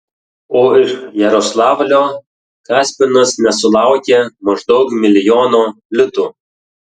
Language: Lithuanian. o iš jaroslavlio kaspinas nesulaukė maždaug milijono litų